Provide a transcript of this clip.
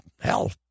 hell